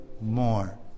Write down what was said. more